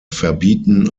verbieten